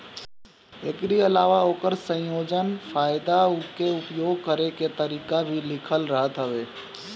एकरी अलावा ओकर संयोजन, फायदा उके उपयोग करे के तरीका भी लिखल रहत हवे